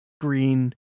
green